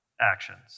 actions